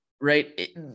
Right